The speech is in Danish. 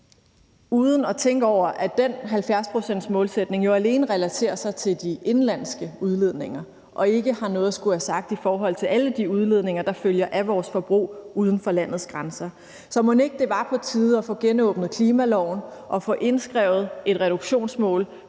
uden at tænke over, at den 70-procentsmålsætning jo alene relaterer sig til de indenlandske udledninger og ikke har noget at skulle have sagt i forhold til alle de udledninger, der følger af vores forbrug uden for landets grænser. Så mon ikke det var på tide at få genåbnet klimaloven og få indskrevet et reduktionsmål